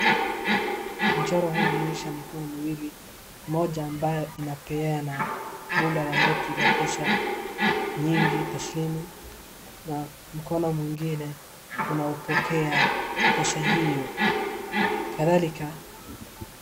Mchoro huu unaonyesha mikono miwili, mmoja ambayo inapeana bunda la noti la pesa nyingi, taslimu, na mkono mwingine unapokea pesa hio. Kadhalika, ...